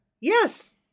Yes